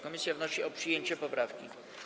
Komisja wnosi o przyjęcie tej poprawki.